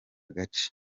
gace